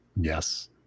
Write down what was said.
Yes